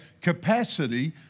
capacity